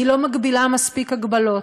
היא לא מגבילה מספיק הגבלות,